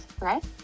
right